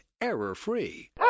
error-free